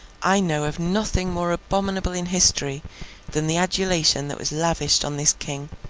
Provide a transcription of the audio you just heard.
i know of nothing more abominable in history than the adulation that was lavished on this king,